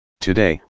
today